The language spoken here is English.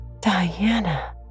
Diana